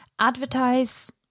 Advertise